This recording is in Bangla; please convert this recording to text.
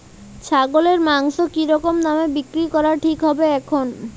ছাগলের মাংস কী রকম দামে বিক্রি করা ঠিক হবে এখন?